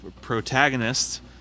protagonist